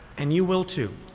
and you will too.